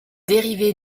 dérivé